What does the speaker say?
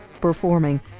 performing